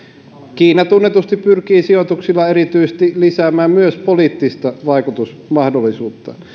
kiina tunnetusti pyrkii sijoituksillaan lisäämään erityisesti poliittista vaikutusmahdollisuuttaan